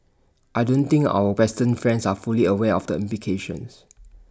I don't think our western friends are fully aware of the implications